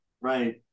Right